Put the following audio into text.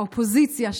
האופוזיציה,